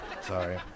Sorry